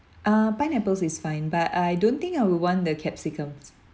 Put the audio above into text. uh pineapples is fine but I don't think I will want the capsicums